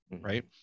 right